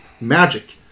magic